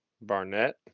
Barnett